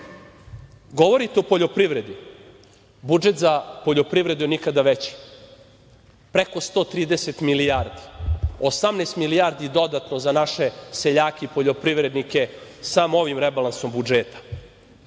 više. Govorite o poljoprivredi, budžet za poljoprivredu je nikada veći, preko 130 milijardi. Osamnaest milijardi je dodato za naše seljake i poljoprivrednike samo ovim rebalansom budžeta.